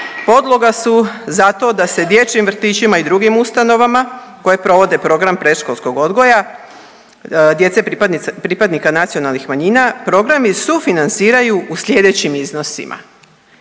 podloga su za to da se dječjim vrtićima i drugim ustanovama koje provode program predškolskog odgoja djece pripadnika nacionalnih manjina programi sufinanciraju u sljedećim iznosima.